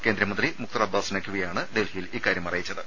കേന്ദ്രമന്ത്രി മുക്താർ അബ്ബാസ് നഖ്വിയാണ് ഡൽഹിയിൽ ഇക്കാര്യമറിയിച്ചത്